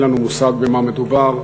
אין לנו מושג במה מדובר.